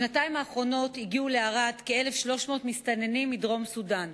בשנתיים האחרונות הגיעו לערד כ-1,300 מסתננים מדרום סודן.